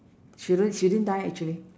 she didn't she didn't die actually